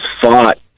fought